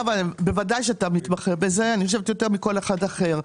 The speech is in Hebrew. בוודאי שאתה מתמחה, אני חושבת יותר מכל אחד אחר.